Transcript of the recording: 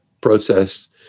process